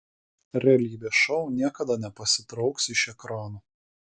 realybės šou niekada nepasitrauks iš ekranų